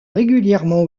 régulièrement